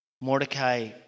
Mordecai